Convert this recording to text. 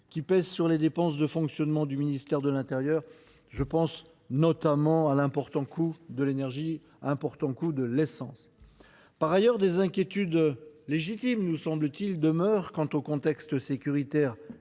qui pèse sur les dépenses de fonctionnement du ministère de l’intérieur. Je pense notamment à l’important coût de l’essence et de l’énergie. Par ailleurs, des inquiétudes légitimes, nous semble t il, demeurent quant au contexte sécuritaire